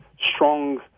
strong